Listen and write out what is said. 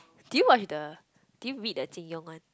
do you watch the do you read the Qing-Yong one